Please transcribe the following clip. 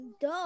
duh